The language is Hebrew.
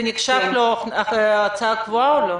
זה נחשב להוצאה קבועה או לא?